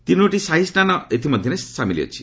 ତିନୋଟି ସାହି ସ୍ନାନ ଏଥିମଧ୍ୟରେ ସାମିଲ ଅଛି